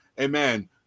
Amen